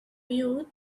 mute